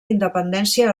independència